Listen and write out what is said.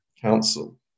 Council